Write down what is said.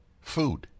food